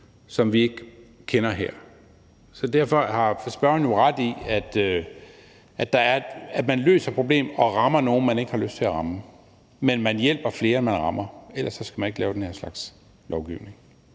som vi ikke kender her. Derfor har spørgeren jo ret i, at man løser et problem og rammer nogle, man ikke har lyst til at ramme, men man hjælper flere, end man rammer, ellers skal man ikke lave den her slags lovgivning.